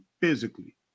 physically